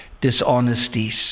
dishonesties